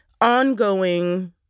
ongoing